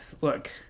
look